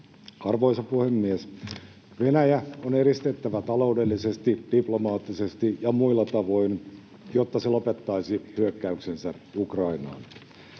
Arvoisa puhemies! Venäjä on eristettävä taloudellisesti, diplomaattisesti ja muilla tavoin, jotta se lopettaisi hyökkäyksensä Ukrainaan.